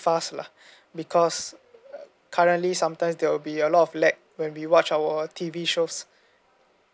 fast lah because currently sometimes there will be a lot of lag when we watch our T_V shows